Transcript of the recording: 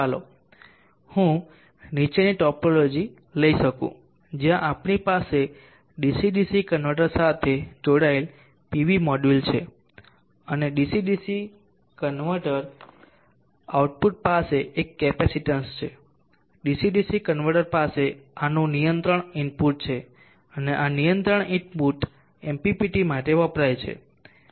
ચાલો હું નીચેની ટોપોલોજી લઈ શકું જ્યાં આપણી પાસે ડીવી ડીસી કન્વર્ટર સાથે જોડાયેલ પીવી મોડ્યુલ છે અને ડીસી ડીસી કન્વર્ટર આઉટપુટ પાસે એક કેપેસિટેન્સ છે ડીસી ડીસી કન્વર્ટર પાસે આનું નિયંત્રણ ઇનપુટ છે અને આ નિયંત્રણ ઇનપુટ MPPT માટે વપરાય છે